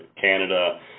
Canada